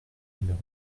numéro